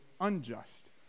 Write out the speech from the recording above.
unjust